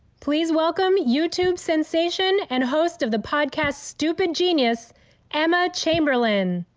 please welcome youtube sensation and host of the vodcast stupid genius emma chamberlain.